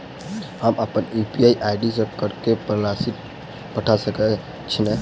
हम अप्पन UPI ID सँ ककरो पर राशि पठा सकैत छीयैन?